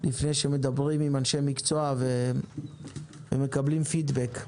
לפני שמדברים עם אנשי מקצוע ומקבלים פידבק.